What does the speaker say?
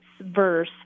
verse